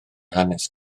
hanes